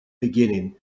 beginning